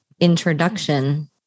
introduction